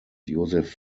joseph